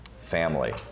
family